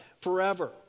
forever